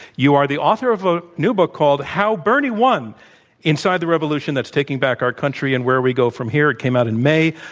you are the author of a book, new book, called how bernie won inside the revolution that's taking back our country and where we go from here. it came out in may.